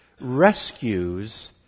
rescues